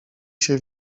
się